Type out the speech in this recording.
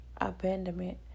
abandonment